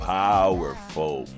powerful